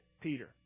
Peter